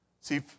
See